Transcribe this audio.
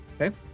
Okay